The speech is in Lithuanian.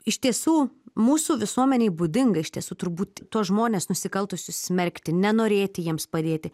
iš tiesų mūsų visuomenei būdinga iš tiesų turbūt tuos žmones nusikaltusius smerkti nenorėti jiems padėti